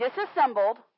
disassembled